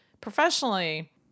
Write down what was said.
professionally